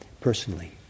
personally